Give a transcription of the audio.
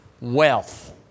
wealth